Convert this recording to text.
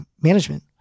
management